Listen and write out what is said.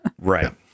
Right